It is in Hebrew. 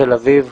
תל אביב,